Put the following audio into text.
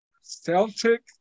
Celtic